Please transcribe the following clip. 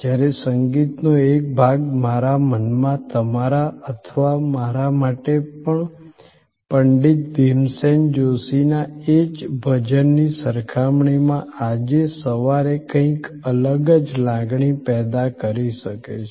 જ્યારે સંગીતનો એક ભાગ મારા મનમાં તમારા અથવા મારા માટે પણ પંડિત ભીમસેન જોશીના એ જ ભજનની સરખામણીમાં આજે સવારે કંઈક અલગ જ લાગણી પેદા કરી શકે છે